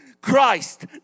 Christ